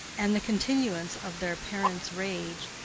and the continuance of their parents' rage,